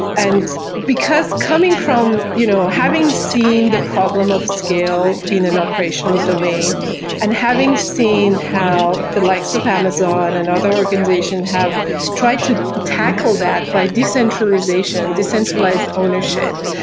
and because coming from you know having seen the problem of scale in an operational domain and having seen how the likes of amazon and other organization have tried to tackle that by decentralization, decentralized ownership.